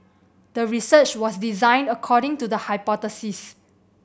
the research was designed according to the hypothesis